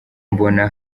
mbona